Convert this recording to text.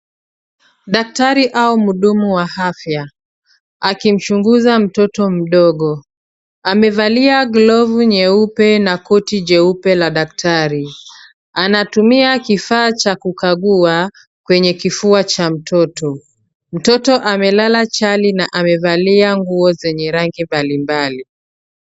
Daktari au mhudumu wa afya akimchunguza mtoto mdogo. Amevalia glovu nyeupe na koti jeupe la daktari. Anatumia kifaa cha kukagua, kwenye kifua cha mtoto. Mtoto amelala chali na amevalia nguo zenye rangi mbalimbali.